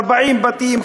40 בתים,